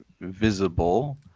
visible